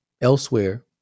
elsewhere